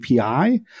API